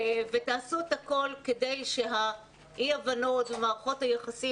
ותעשו את הכול כדי שאי ההבנות ומערכות היחסים,